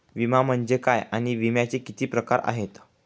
विमा म्हणजे काय आणि विम्याचे किती प्रकार आहेत?